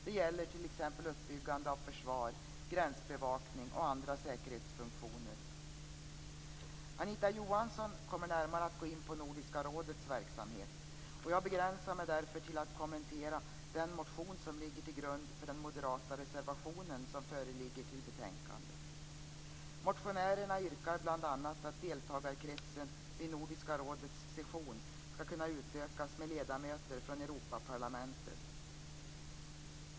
Det gäller t.ex. uppbyggande av försvar, gränsbevakning och andra säkerhetsfunktioner. Anita Johansson kommer att gå närmare in på Nordiska rådets verksamhet. Jag begränsar mig därför till att kommentera den motion som ligger till grund för den moderata reservation som fogats till betänkandet. Nordiska rådets session skall kunna utökas med ledamöter från Europaparlamentet.